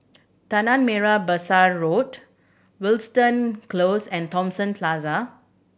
Tanah Merah Besar Road Wilton Close and Thomson Plaza